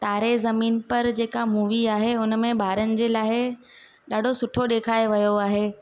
तारे ज़मीन पर जेका मूवी आहे हुनमें ॿारनि जे लाइ ॾाढो सुठो ॾेखारियो वियो आहे